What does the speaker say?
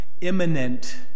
imminent